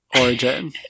origin